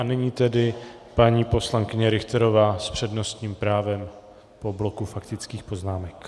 A nyní tedy paní poslankyně Richterová s přednostním právem po bloku faktických poznámek.